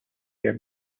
care